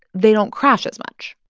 they don't crash as much.